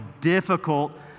difficult